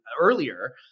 earlier